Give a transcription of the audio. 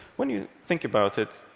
when you think about it,